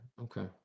Okay